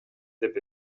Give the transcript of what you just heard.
деп